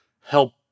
help